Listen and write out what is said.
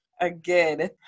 Again